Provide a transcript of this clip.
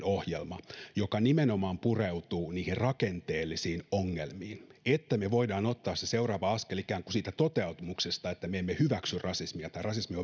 ohjelma joka nimenomaan pureutuu niihin rakenteellisiin ongelmiin että me voimme ottaa sen seuraavan askeleen ikään kuin siitä toteamuksesta että me emme hyväksy rasismia tai rasismi